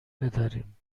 بداریم